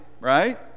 right